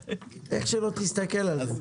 איך שלא תסתכל על זה.